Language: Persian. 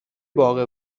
باغ